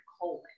colon